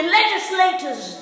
legislators